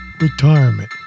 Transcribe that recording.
retirement